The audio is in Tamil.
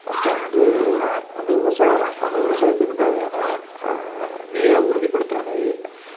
அப்பறம் வந்து அந்த விவசாயத் அந்த விவசாயத்துக்கு தேவையான நீர உறுதிப்படுத்துகிற மாரி